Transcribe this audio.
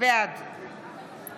בעד